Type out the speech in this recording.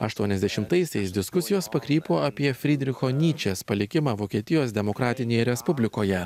aštuoniasdešimtaisiais diskusijos pakrypo apie frydricho nyčės palikimą vokietijos demokratinėje respublikoje